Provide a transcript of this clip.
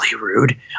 rude